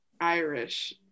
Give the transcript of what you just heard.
Irish